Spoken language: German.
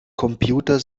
computer